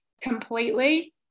completely